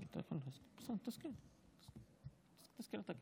תזכיר אתה,